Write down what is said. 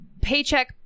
paycheck